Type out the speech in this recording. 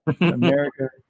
America